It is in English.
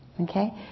Okay